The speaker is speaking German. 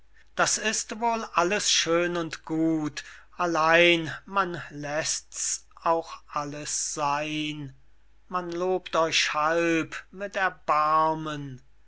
das ist wohl alles schön und gut allein man läßt's auch alles seyn man lobt euch halb mit erbarmen